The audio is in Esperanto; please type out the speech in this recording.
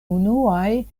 unuaj